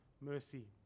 mercy